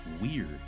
weird